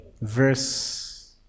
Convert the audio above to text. Verse